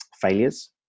failures